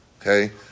Okay